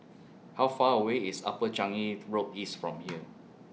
How Far away IS Upper Changi's Road East from here